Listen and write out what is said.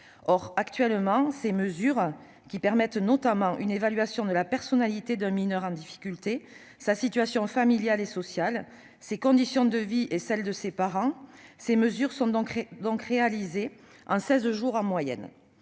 des mineurs. Ces mesures, qui permettent notamment une évaluation de la personnalité d'un mineur en difficulté, de sa situation familiale et sociale, de ses conditions de vie et celles de ses parents, sont actuellement réalisées en seize jours en moyenne.